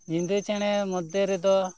ᱧᱤᱫᱟᱹ ᱪᱮᱬᱮ ᱢᱚᱫᱷᱮ ᱨᱮᱫᱚ